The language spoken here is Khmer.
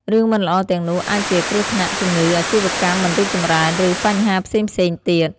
រឿងមិនល្អទាំងនោះអាចជា គ្រោះថ្នាក់ ជំងឺ អាជីវកម្មមិនរីកចម្រើន ឬបញ្ហាផ្សេងៗទៀត។